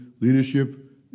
Leadership